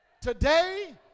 Today